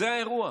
זה האירוע.